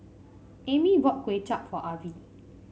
Amy bought Kuay Chap for Avie